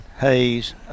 Hayes